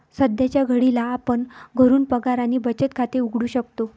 सध्याच्या घडीला आपण घरून पगार आणि बचत खाते उघडू शकतो